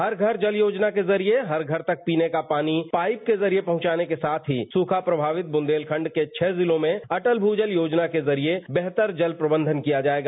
हर घर जल योजना के जरिये हर घर तक पीने का पानी पाइप के जरिये पहुंचाये जाने के साथ ही सूखा प्रभावित बुंदेलखंड के छह जिलों में अटत मूजल योजना के जरिए बेहतर जल प्रबंधन किया जायेगा